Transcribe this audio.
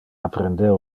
apprender